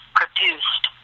produced